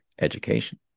education